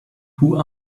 who